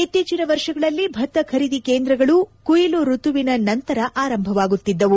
ಇತ್ತೀಚಿನ ವರ್ಷಗಳಲ್ಲಿ ಭತ್ತ ಖರೀದಿ ಕೇಂದ್ರಗಳು ಕುಯಿಲು ಋತುವಿನ ನಂತರ ಆರಂಭವಾಗುತ್ತಿದ್ದವು